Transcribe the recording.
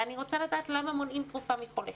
אני רוצה לדעת למה מונעים תרופה מחולה.